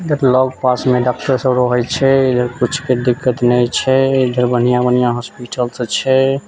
लग पासमे डॉक्टर सब रहै छै इधर कुछके दिक्कत नहि छै इधर बन्हिआँ बन्हिआँ हॉस्पिटल सब छै